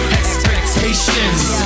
expectations